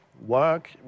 work